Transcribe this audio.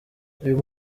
uyu